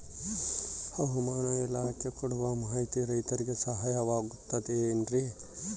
ಹವಮಾನ ಇಲಾಖೆ ಕೊಡುವ ಮಾಹಿತಿ ರೈತರಿಗೆ ಸಹಾಯವಾಗುತ್ತದೆ ಏನ್ರಿ?